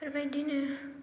बेफोरबायदिनो